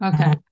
Okay